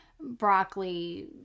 broccoli